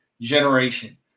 generation